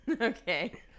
Okay